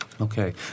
Okay